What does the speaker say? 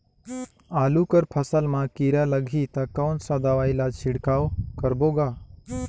आलू कर फसल मा कीरा लगही ता कौन सा दवाई ला छिड़काव करबो गा?